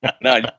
No